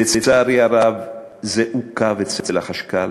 לצערי הרב, זה עוכב אצל החשכ"ל.